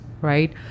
right